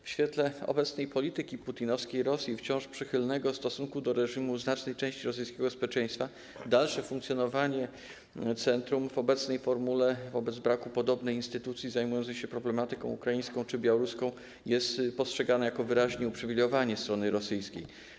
W świetle obecnej polityki putinowskiej Rosji i wciąż przychylnego stosunku do reżimu znacznej części rosyjskiego społeczeństwa dalsze funkcjonowanie centrum w obecnej formule, wobec braku podobnej instytucji zajmującej się problematyką ukraińską czy białoruską, jest postrzegana jako wyraźne uprzywilejowanie strony rosyjskiej.